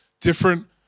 different